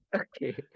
Okay